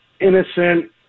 innocent